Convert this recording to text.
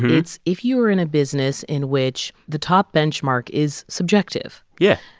it's if you were in a business in which the top benchmark is subjective. yeah.